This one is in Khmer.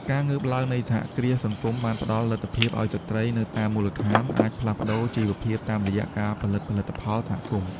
ការងើបឡើងនៃសហគ្រាសសង្គមបានផ្ដល់លទ្ធភាពឱ្យស្ត្រីនៅតាមមូលដ្ឋាន អាចផ្លាស់ប្តូរជីវភាពតាមរយៈការផលិតផលិតផលសហគមន៍។